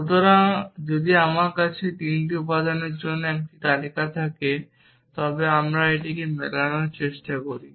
সুতরাং যদি আমার কাছে 3টি উপাদানের অন্য একটি তালিকা থাকে তবে আমি এটিকে মেলানোর চেষ্টা করতে পারি